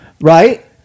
right